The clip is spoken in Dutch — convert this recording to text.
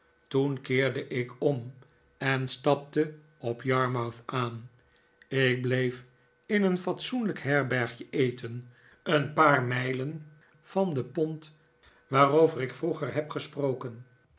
toen keerde ik om en stapte op yarmouth aan ik bleef in een fatsoenlijk herbergje eten een paar mijlen van de pont waarover ik vroeger neb gesproken